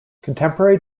contemporary